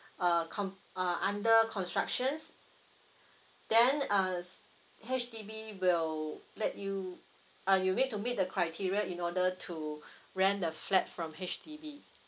uh con~ uh under constructions then uh H_D_B will let you uh you need to meet the criteria in order to rent the flat from H_D_B